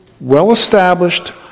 well-established